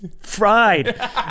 fried